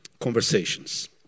conversations